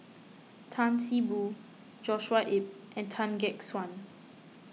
Tan See Boo Joshua Ip and Tan Gek Suan